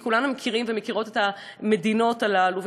וכולנו מכירים ומכירות את המדינות הללו,